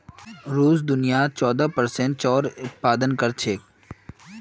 रूस दुनियार चौदह प्परसेंट जौर उत्पादन कर छेक